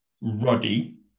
ruddy